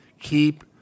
keep